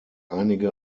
einige